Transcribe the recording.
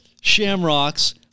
shamrocks